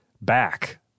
back